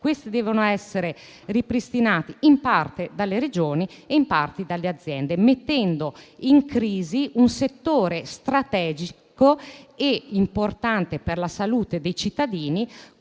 risorse devono essere ripristinate in parte dalle Regioni e in parte dalle aziende, mettendo così in crisi un settore strategico e importante per la salute dei cittadini